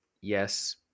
Yes